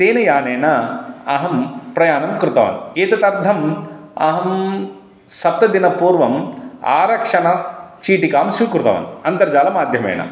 तेन यानेन अहं प्रयाणं कृतवान् एतदर्थम् अहं सप्तदिनपूर्वम् आरक्षणचीटिकां स्वीकृतवान् अन्तर्जालमाध्यमेन